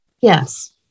Yes